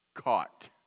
caught